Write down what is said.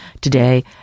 today